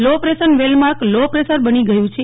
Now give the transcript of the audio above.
લો pressure well marked low pressure બની ગયુ છે